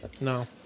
No